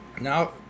Now